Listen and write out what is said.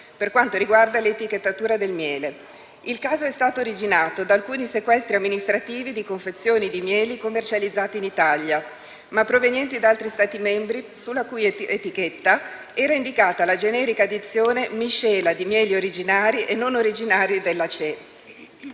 per quanto riguarda l'etichettatura del miele. Il caso è stato originato da alcuni sequestri amministrativi di confezioni di mieli commercializzati in Italia ma provenienti da altri Stati membri, sulla cui etichetta era indicata la generica dizione «miscela di mieli originari e non originari della CE»,